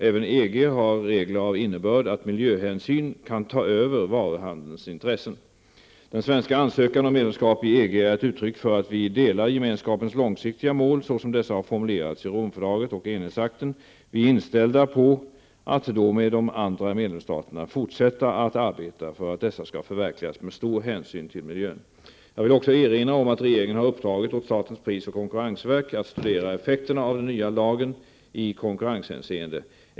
Även EG har regler av innebörd att miljöhänsyn kan ta över varuhandelns intressen. Den svenska ansökan om medlemskap i EG är ett uttryck för att vi delar Gemenskapens långsiktiga mål, så som dessa har formulerats i Romfördraget och Enhetsakten. Vi är inställda på att då med de andra medlemsstaterna fortsätta att arbeta för att dessa skall förverkligas med stor hänsyn till miljön. Jag vill också erinra om att regeringen har uppdragit åt statens pris och konkurrensverk att studera effekterna av den nya lagen i konkurrenshänseende.